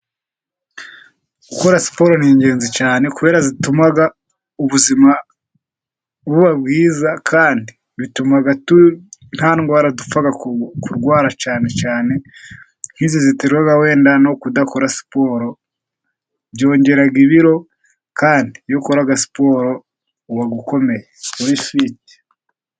Gukora siporo ni ingenzi cyane ,kubera zituma ubuzima buba bwiza, kandi bituma nta ndwara dupfa kurwara cyane cyane, nk'izi ziterwa wenda no kudakora siporo, byongera ibiro, kandi iyo ukora siporo uba ukomeye uri fiti.